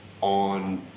on